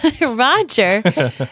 Roger